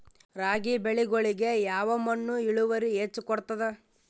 ರಾಗಿ ಬೆಳಿಗೊಳಿಗಿ ಯಾವ ಮಣ್ಣು ಇಳುವರಿ ಹೆಚ್ ಕೊಡ್ತದ?